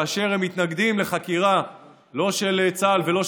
כאשר הם מתנגדים לחקירה של צה"ל ושל